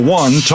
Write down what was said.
one